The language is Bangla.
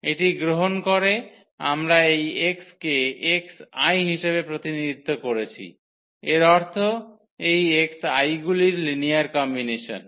এটি গ্রহণ করে আমরা এই x কে xi হিসাবে প্রতিনিধিত্ব করেছিএর অর্থ এই xi গুলির লিনিয়ার কম্বিনেসন